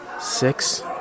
Six